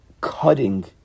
Cutting